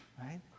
Right